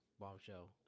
Bombshell